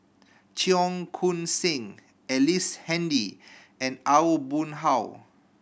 Cheong Koon Seng Ellice Handy and Aw Boon Haw